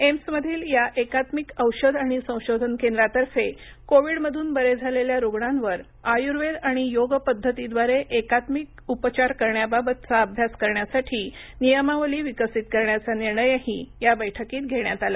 एम्समधील या एकात्मिक औषध आणि संशोधन केंद्रातर्फे कोविड मधून बरे झालेल्या रुग्णांवर आयुर्वेद आणि योग पद्धतीद्वारे एकात्मिक उपचार करण्याबाबतचा अभ्यास करण्यासाठी नियमावली विकसित करण्याचा निर्णयही या बैठकीत घेण्यात आला